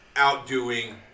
outdoing